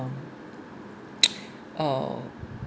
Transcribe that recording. uh